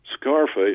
Scarface